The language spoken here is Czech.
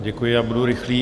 Děkuji, já budu rychlý.